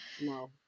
No